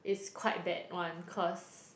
it's quite bad one cause